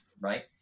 right